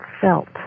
felt